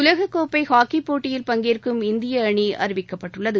உலக கோப்பை ஹாக்கி போட்டியில் பங்கேற்கும் இந்திய அணி அறிவிக்கப்பட்டுள்ளது